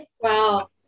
Wow